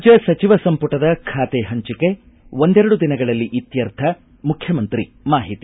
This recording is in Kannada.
ರಾಜ್ಯ ಸಚಿವ ಸಂಪುಟದ ಖಾತೆ ಹಂಚಿಕೆ ಒಂದೆರಡು ದಿನಗಳಲ್ಲಿ ಇತ್ತರ್ಥ ಮುಖ್ಯಮಂತ್ರಿ ಮಾಹಿತಿ